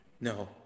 no